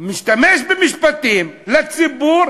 משתמש במשפטים לציבור: